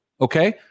okay